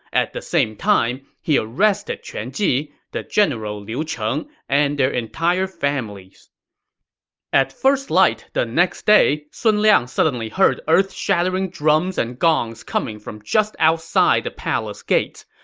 at the same time, he arrested quan ji, the general liu cheng, and their entire families at first light the next day, sun liang suddenly heard earth-shattering drums and gongs coming from just outside the palace gates.